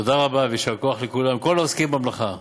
תודה רבה ויישר כוח לכולם, לכל העוסקים במלאכה.